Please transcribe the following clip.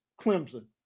Clemson